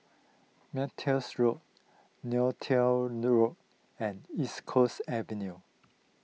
Montreals Road Neo Tiew Road and East Coast Avenue